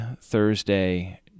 Thursday